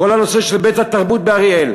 כל הנושא של היכל התרבות באריאל.